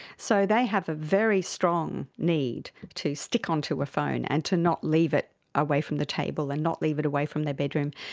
so they have a very strong need to stick onto a phone and to not leave it away from the table and not leave it away from their bedroom.